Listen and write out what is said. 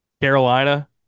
Carolina